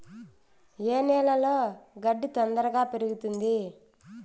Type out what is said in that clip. ఏ నేలలో గడ్డి తొందరగా పెరుగుతుంది